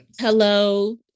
Hello